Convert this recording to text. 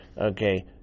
okay